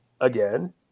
again